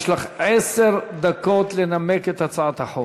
יש לך עשר דקות לנמק את הצעת החוק.